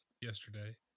yesterday